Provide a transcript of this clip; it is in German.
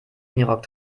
minirock